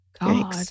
God